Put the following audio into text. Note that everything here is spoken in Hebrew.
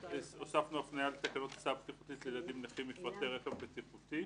הוספנו הפנייה לתקנות הסעה בטיחותית לילדים נכים (מפרטי רכב בטיחותי)